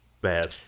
bad